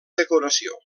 decoració